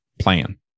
plan